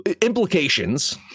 implications